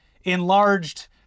enlarged